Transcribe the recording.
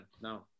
No